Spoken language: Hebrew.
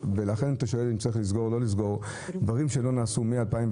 לכן אם אתה שואל אם צריך לסגור את המכון או לא דברים שלא נעשו מ-2017,